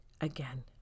again